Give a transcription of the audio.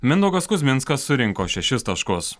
mindaugas kuzminskas surinko šešis taškus